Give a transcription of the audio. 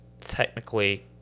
technically